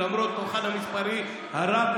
ולמרות כוחן המספרי הרב,